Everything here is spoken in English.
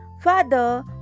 father